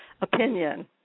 opinion